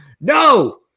no